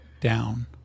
down